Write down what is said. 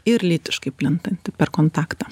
ir lytiškai plintanti per kontaktą